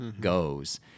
goes